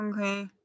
Okay